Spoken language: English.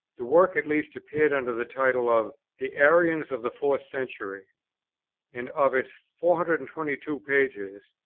the work at last appeared under the title of the arians of the fourth century and of its four hundred and twenty two pages,